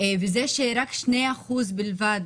וזה שרק 2% בלבד